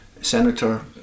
senator